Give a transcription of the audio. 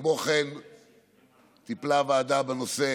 כמו כן טיפלה הוועדה בנושא